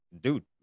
Dude